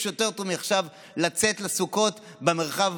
עכשיו יש יותר טוב מלצאת ולהיות בסוכות במרחב